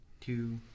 two